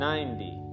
Ninety